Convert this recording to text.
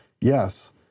Yes